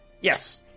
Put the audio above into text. Yes